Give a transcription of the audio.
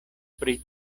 pri